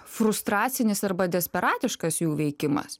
frustracinis arba desperatiškas jų veikimas